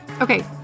Okay